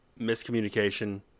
miscommunication